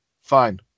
Fine